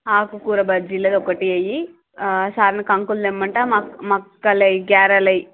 ఆకు కూర బజ్జీలు ఒకటి వేయి ఆ సార్ను కంకుల్ తెమ్మంటా మాక్ మక్కలేయి గారెలు వేయి